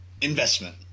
investment